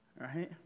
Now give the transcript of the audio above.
Right